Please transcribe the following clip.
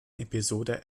episode